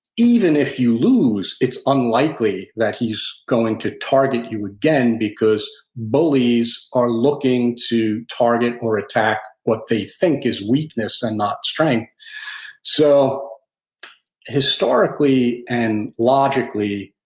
even if you lose, it's unlikely that he's going to target you again, because bullies are looking to target or attack what they think is weakness and not strength so historically and logically,